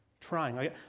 trying